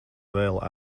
vēl